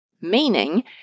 meaning